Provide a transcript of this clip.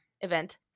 event